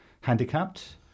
handicapped